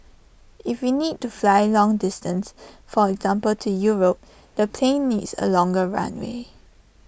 if we need to fly long distance for example to Europe the plane needs A longer runway